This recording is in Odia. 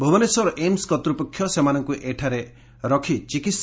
ଭୁବନେଶ୍ୱର ଏମୁ କର୍ତ୍ତପକ୍ଷ ସେମାନଙ୍ଙୁ ଏଠାରେ ରଖ୍ ଚିକିସ୍